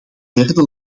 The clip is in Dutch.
derde